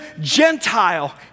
Gentile